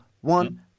one